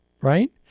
Right